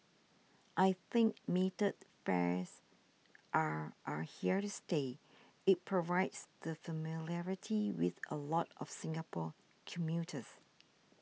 I think metered fares are are here to stay it provides that familiarity with a lot of Singapore commuters